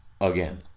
Again